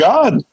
God